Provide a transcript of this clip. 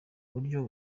buryo